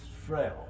frail